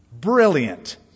Brilliant